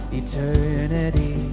eternity